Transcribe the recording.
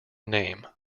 name